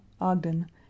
Ogden